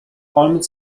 holmes